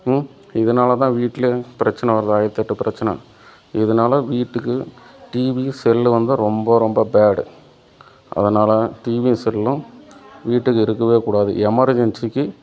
இதனால தான் வீட்லே பிரச்சனை வருது ஆயிரத்தெட்டு பிரச்சனை இதனால வீட்டுக்கு டிவி செல்லு வந்து ரொம்ப ரொம்ப பேட் அதனால் டிவியும் செல்லும் வீட்டுக்கு இருக்கவே கூடாது எமர்ஜென்சிக்கு